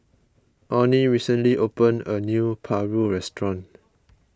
Onnie recently opened a new Paru restaurant